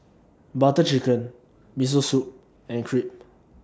Butter Chicken Miso Soup and Crepe